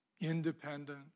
independent